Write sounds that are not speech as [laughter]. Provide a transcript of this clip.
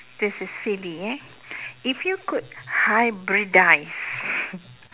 this is silly eh if you could hybridise [laughs]